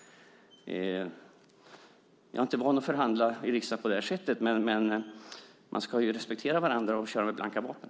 Jag är inte van att förhandla i riksdagen på det sättet. Man ska respektera varandra och köra med blanka vapen.